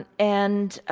and and